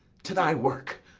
to thy work.